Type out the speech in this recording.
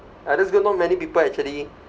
ah that's good not many people actually